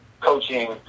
coaching